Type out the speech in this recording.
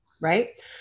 Right